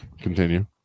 continue